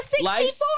life